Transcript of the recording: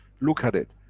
look at it.